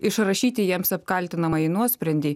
išrašyti jiems apkaltinamąjį nuosprendį